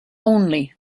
only